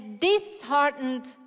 disheartened